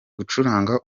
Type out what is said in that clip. gucuranga